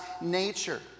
nature